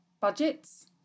budgets